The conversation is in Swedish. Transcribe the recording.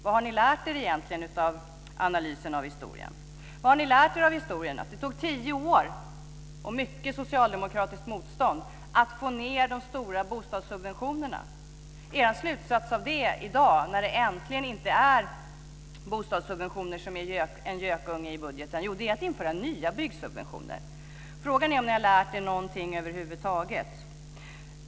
Vad har ni lärt er av analysen av historien? Vad har ni lärt er av historien? Det tog tio år och mycket socialdemokratiskt motstånd att få ned de stora bostadssubventionerna. Er slutsats av det i dag, när det äntligen inte är bostadssubventioner som är gökungen i budgeten, är att införa nya byggsubventioner. Frågan är om ni har lärt er någonting över huvud taget.